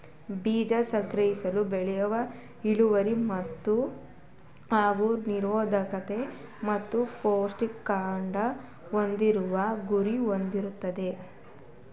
ಬೀಜ ಸಂಗ್ರಹಿಸೋದು ಬೆಳೆ ಇಳ್ವರಿ ಹಾಗೂ ರೋಗ ನಿರೋದ್ಕತೆ ಮತ್ತು ಪೌಷ್ಟಿಕಾಂಶ ಹೆಚ್ಚಿಸುವ ಗುರಿ ಹೊಂದಯ್ತೆ